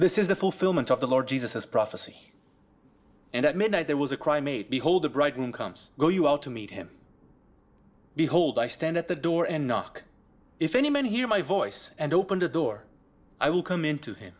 this is the fulfillment of the lord jesus as prophecy and at midnight there was a cry made behold the bridegroom comes go out to meet him behold i stand at the door and knock if any man hear my voice and open the door i will come in to him